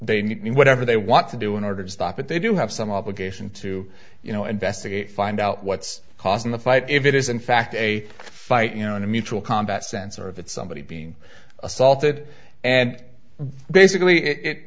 need whatever they want to do in order to stop it they do have some obligation to you know investigate find out what's causing the fight if it is in fact a fight you know in a mutual combat sense or if it's somebody being assaulted and basically it i